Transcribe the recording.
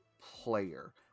player